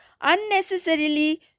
unnecessarily